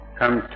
come